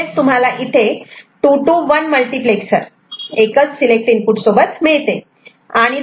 म्हणजेच तुम्हाला इथे 2 to 1 मल्टिप्लेक्सर एकच सिलेक्ट इनपुट सोबत मिळते